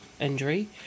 injury